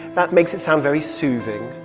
that makes it sound very soothing.